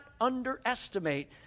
underestimate